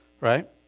Right